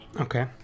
Okay